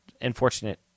unfortunate